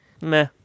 meh